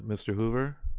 mr. hoover.